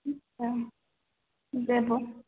अच्छा जेबहो